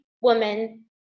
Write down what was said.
woman